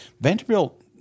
Vanderbilt